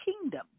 kingdom